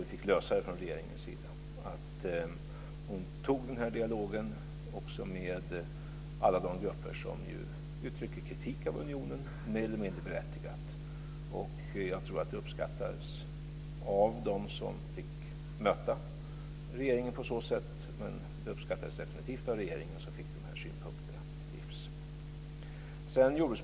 Vi fick lösa detta från regeringens sida så att Lena Hjelm-Wallén tog hand om dialogen också med alla de grupper som, mer eller mindre berättigat, uttrycker kritik mot unionen. Jag tror också att det uppskattades av dem som fick möta regeringen på så sätt. Det uppskattades definitivt av regeringen, som fick deras synpunkter till livs.